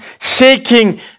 shaking